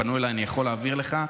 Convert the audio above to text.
פנו אליי, אני יכול להעביר לך.